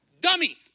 dummy